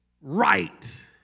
right